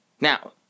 Now